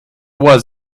was